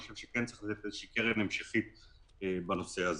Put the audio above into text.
אני חושב שכן צריך לתת איזה קרן המשכית בנושא הזה.